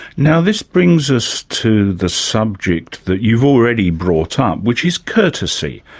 now, this brings us to the subject that you've already brought up, which is courtesy.